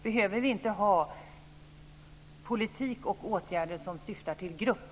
Behöver vi inte ha politik och åtgärder som syftar till grupp?